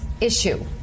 issue